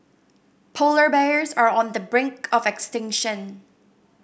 polar bears are on the brink of extinction